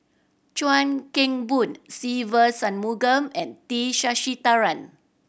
Chuan Keng Boon Se Ve Shanmugam and T Sasitharan